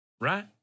right